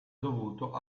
dovuto